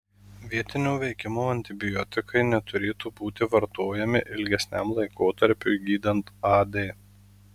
vietinio veikimo antibiotikai neturėtų būti vartojami ilgesniam laikotarpiui gydant ad